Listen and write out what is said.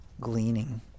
gleaning